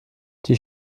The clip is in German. die